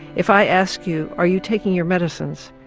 if i ask you are you taking your medicines,